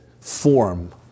form